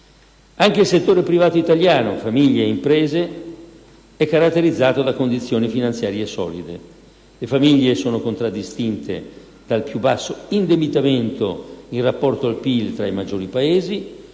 Anche il settore privato italiano - famiglie e imprese - è caratterizzato da condizioni finanziarie solide. Le famiglie sono contraddistinte dal più basso indebitamento in rapporto al PIL tra i maggiori Paesi,